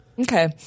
Okay